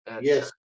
Yes